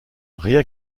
rien